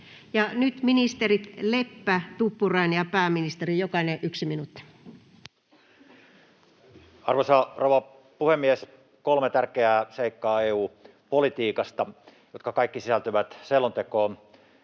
nyt ministerit Leppä, Tuppurainen ja pääministeri, jokaiselle 1 minuutti. Arvoisa rouva puhemies! Kolme tärkeää seikkaa EU-politiikasta, jotka kaikki sisältyvät selontekoon.